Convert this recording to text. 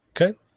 Okay